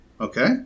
Okay